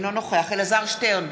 אינו נוכח אלעזר שטרן,